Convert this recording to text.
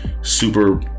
Super